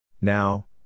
Now